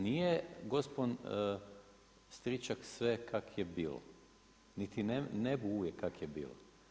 Nije gospon Stričak sve kak je bilo niti nebu uvijek kak je bilo.